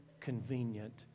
convenient